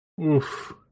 Oof